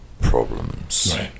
problems